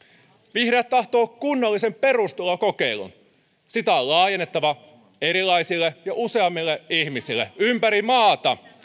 vihreät tahtoo kunnollisen perustulokokeilun sitä on laajennettava erilaisille ja useammille ihmisille ympäri maata